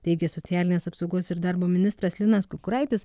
teigė socialinės apsaugos ir darbo ministras linas kukuraitis